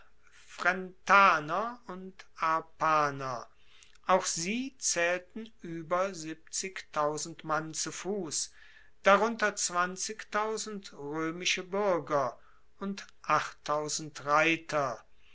frentaner und arpaner auch sie zaehlten ueber mann zu fuss darunter roemische buerger und reiter